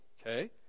Okay